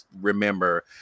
remember